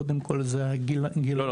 קודם כל זה הגיל --- לא,